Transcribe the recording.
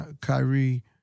Kyrie